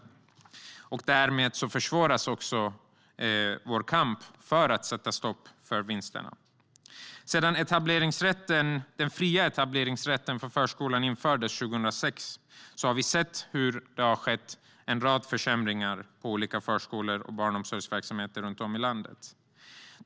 Därmed försvåras också vår kamp för att sätta stopp för vinsterna. Sedan den fria etableringsrätten för förskolan infördes 2006 har vi sett hur det har skett en rad försämringar på olika förskolor och barnomsorgsverksamheter runt om i landet.